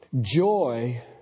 joy